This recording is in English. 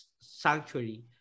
sanctuary